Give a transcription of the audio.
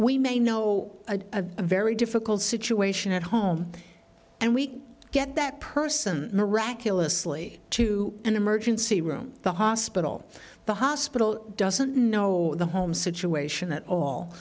we may know a very difficult situation at home and we can get that person miraculously to an emergency room the hospital the hospital doesn't know the home situation at all